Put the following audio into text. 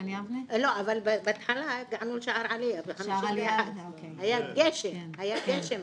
בהתחלה הגענו לשער עלייה, היה גשם אז,